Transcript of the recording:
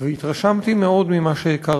והתרשמתי מאוד ממה שהכרתי.